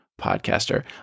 Podcaster